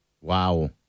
Wow